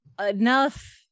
enough